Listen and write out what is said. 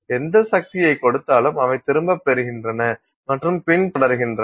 எந்த சக்தியைக் கொடுத்தாலும் அவை திரும்பப் பெறுகின்றன மற்றும் பின்தொடர்கின்றன